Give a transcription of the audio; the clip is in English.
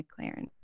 McLaren